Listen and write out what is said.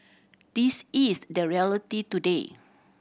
this is the reality today